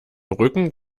rücken